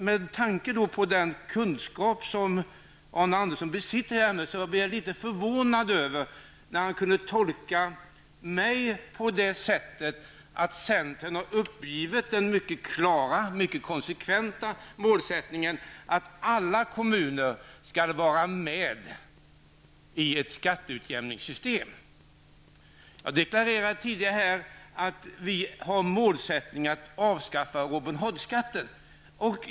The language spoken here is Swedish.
Med tanke på den kunskap som Arne Andersson besitter blir jag litet förvånad över att han kunde tolka mig på det sättet att centern skulle ha uppgivit det klara och mycket konsekventa målet att alla kommuner skall vara med i ett skatteutjämningssystem. Jag deklarerade tidigare att vi har målet att avskaffa Robin Hood-skatten.